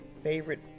favorite